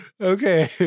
Okay